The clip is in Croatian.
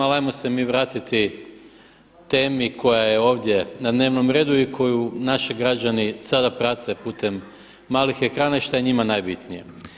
Ali ajmo se mi vratiti temi koja je ovdje na dnevnom redu i koju naši građani sada prate putem malih ekrana i što je njima najbitnije.